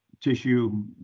tissue